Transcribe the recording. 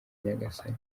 nyagasani